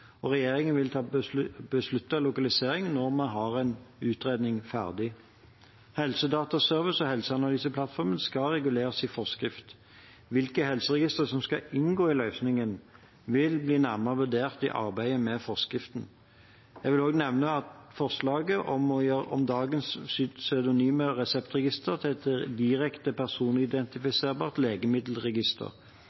lokalisering når vi har en utredning ferdig. Helsedataservice og helseanalyseplattformen skal reguleres i forskrift. Hvilke helseregistre som skal inngå i løsningen, vil bli nærmere vurdert i arbeidet med forskriften. Jeg vil også nevne forslaget om å gjøre om dagens pseudonyme reseptregister til et direkte